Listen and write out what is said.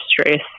stress